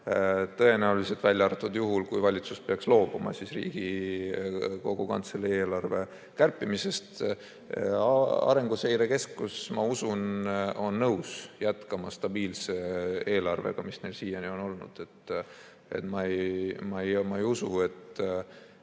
Tõenäoliselt välja arvatud juhul, kui valitsus peaks loobuma Riigikogu Kantselei eelarve kärpimisest. Arenguseire Keskus, ma usun, on nõus jätkama stabiilse eelarvega, mis meil siiani on olnud. Ma ei usu, et